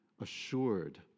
assured